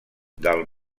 del